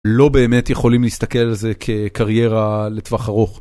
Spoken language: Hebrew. לא באמת יכולים להסתכל על זה כקריירה לטווח ארוך.